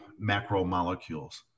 macromolecules